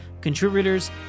contributors